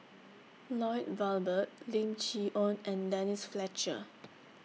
Lloyd Valberg Lim Chee Onn and Denise Fletcher